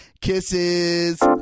Kisses